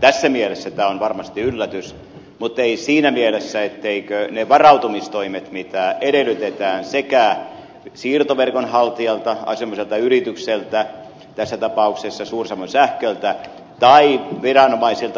tässä mielessä tämä on varmasti yllätys mutta ei siinä mielessä että niillä varautumistoimilla mitä edellytetään siirtoverkon haltijalta asianomaiselta yritykseltä tässä tapauksessa suur savon sähköltä tai